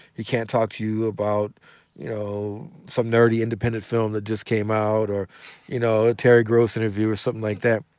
he can't talk to you about you know some nerdy independent film that just came out, or you know a terry gross interview or something like that,